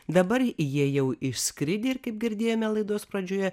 dabar jie jau išskridę ir kaip girdėjome laidos pradžioje